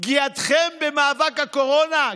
"פגיעתכם במאבק הקורונה",